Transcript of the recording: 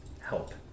help